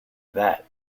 that